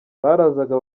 barazaga